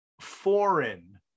foreign